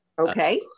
Okay